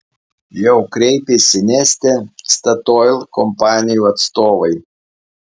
jau kreipėsi neste statoil kompanijų atstovai